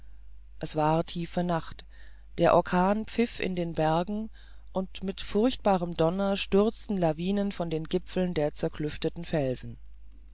es war tiefe nacht der orkan pfiff in den bergen und mit furchtbarem donner stürzten lawinen von den gipfeln der zerklüfteten felsen